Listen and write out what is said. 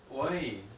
why